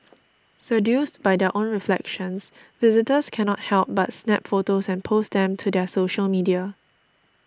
seduced by their own reflections visitors cannot help but snap photos and post them to their social media